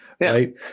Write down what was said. right